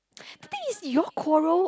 the thing is you'll quarrel